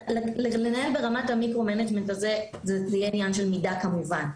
הכוונה היא ברמת המיקרו זה יהיה עניין של מידה כמובן.